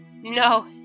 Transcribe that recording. No